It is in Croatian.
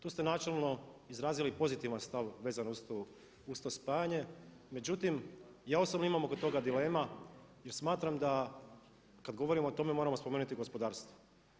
Tu ste načelno izrazili pozitivan stav vezano uz to spajanje, međutim ja osobno imam oko toga dilema jer smatram da kad govorimo o tome moramo spomenuti gospodarstvo.